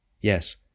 Yes